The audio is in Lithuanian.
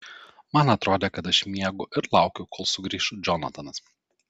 man atrodė kad aš miegu ir laukiu kol sugrįš džonatanas